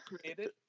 created